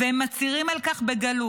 והם מצהירים על כך בגלוי.